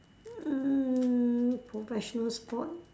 mm professional sport